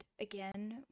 again